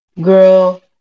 girl